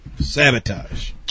Sabotage